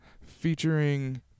featuring